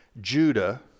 Judah